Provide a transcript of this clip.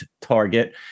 target